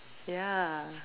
ya